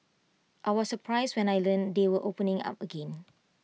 I was surprised when I learnt they were opening up again